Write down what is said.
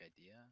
idea